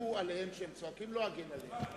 תצעקו עליהם כשהם צועקים, לא אגן עליכם.